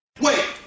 Wait